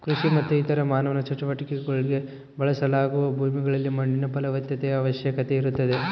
ಕೃಷಿ ಮತ್ತು ಇತರ ಮಾನವ ಚಟುವಟಿಕೆಗುಳ್ಗೆ ಬಳಸಲಾಗುವ ಭೂಮಿಗಳಲ್ಲಿ ಮಣ್ಣಿನ ಫಲವತ್ತತೆಯ ಅವಶ್ಯಕತೆ ಇರುತ್ತದೆ